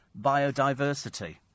biodiversity